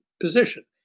position